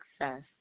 success